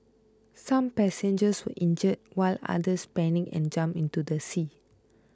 some passengers were injured while others panicked and jumped into the sea